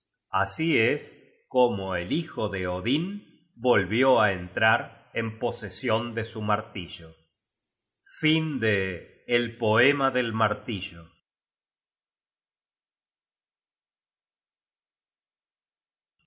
así es como el hijo de odin volvió á entrar en posesion de su martillo